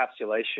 encapsulation